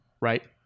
right